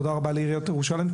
תודה רבה לעיריית ירושלים,